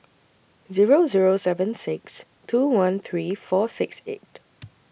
Zero Zero seven six two one three four six eight